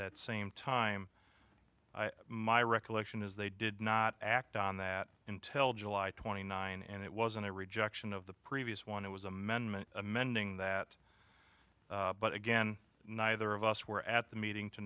that same time my recollection is they did not act on that intel july twenty nine and it wasn't a rejection of the previous one it was amendment amending that but again neither of us were at the meeting to